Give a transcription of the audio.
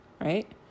right